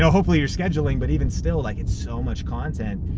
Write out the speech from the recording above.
so hopefully you're scheduling, but even still, like it's so much content.